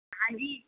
ਹਾਂਜੀ